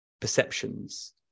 perceptions